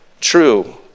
True